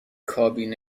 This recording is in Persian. کابین